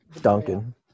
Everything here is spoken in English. Duncan